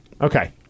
Okay